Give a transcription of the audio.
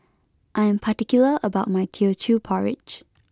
I'm particular about my Teochew Porridge